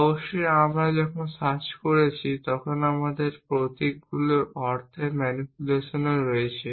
অবশ্যই আমরা যখন সার্চ করেছি তখন আমরা প্রতীকগুলির অর্থের ম্যানিপুলেশনও করেছি